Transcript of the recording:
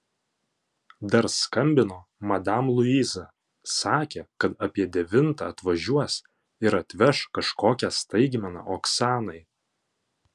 dar skambino madam luiza sakė kad apie devintą atvažiuos ir atveš kažkokią staigmeną oksanai